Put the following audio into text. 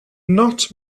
not